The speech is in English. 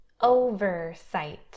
Oversight